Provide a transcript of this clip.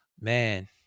man